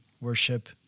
worship